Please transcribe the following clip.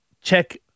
check